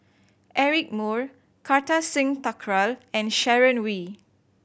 Eric Moo Kartar Singh Thakral and Sharon Wee